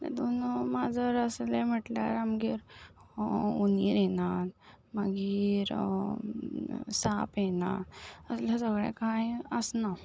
तेतून माजर आसलें म्हटल्यार आमगेर हुंदीर येनात मागीर साप येना असलें सगळें कांय आसना